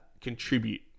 contribute